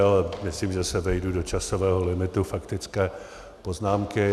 Ale myslím, že se vejdu do časového limitu faktické poznámky.